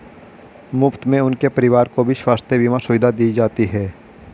मुफ्त में उनके परिवार को भी स्वास्थ्य बीमा सुविधा दी जाती है